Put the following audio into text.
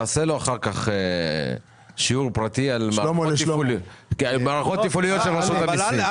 תעשה לשלמה קרעי שיעור פרטי על מערכות תפעוליות של רשות המיסים.